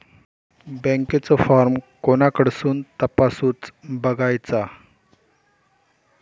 बँकेचो फार्म कोणाकडसून तपासूच बगायचा?